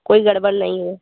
कोई गड़बड़ नहीं हो